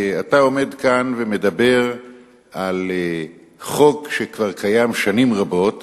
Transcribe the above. אתה עומד כאן ומדבר על חוק שכבר קיים שנים רבות